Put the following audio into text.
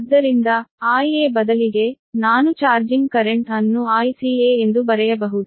ಆದ್ದರಿಂದ Ia ಬದಲಿಗೆ ನಾನು ಚಾರ್ಜಿಂಗ್ ಕರೆಂಟ್ ಅನ್ನು Ica ಎಂದು ಬರೆಯಬಹುದು